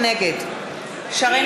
נגד שרן